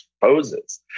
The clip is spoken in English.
poses